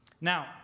now